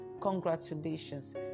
Congratulations